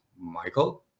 Michael